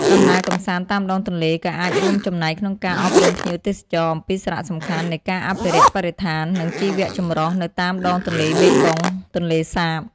ដំណើរកម្សាន្តតាមដងទន្លេ ក៏អាចរួមចំណែកក្នុងការអប់រំភ្ញៀវទេសចរអំពីសារៈសំខាន់នៃការអភិរក្សបរិស្ថាន និងជីវចម្រុះនៅតាមដងទន្លេមេគង្គ-ទន្លេសាប។